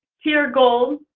tier goal